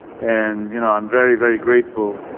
and you know i'm very, very grateful.